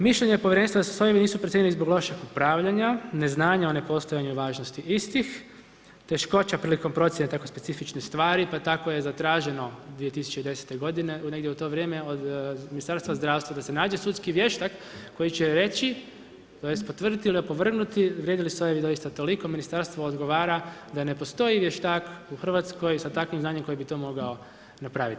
Mišljenje povjerenstva da se sojevi nisu procijenili zbog lošeg upravljanja, neznanja o nepostojanju važnosti istih, teškoća prilikom procjene tako specifične stvari, pa tako je zatraženo 2010. g. negdje u to vrijeme od Ministarstva zdravstva, da se nađe sudski vještak, koji će reći, tj. potvrditi li opovrgnuti, vrijedi li stvari doista toliko, ministarstvo odgovara da ne postoji vještak u Hrvatskoj, sa takvim znanjem, koji bi to mogao napraviti.